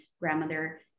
grandmother